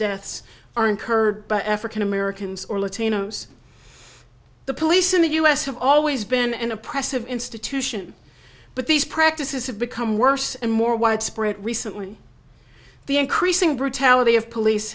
deaths are incurred by african americans or latinos the police in the us have always been an oppressive institution but these practices have become worse and more widespread recently the increasing brutality of police